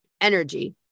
Energy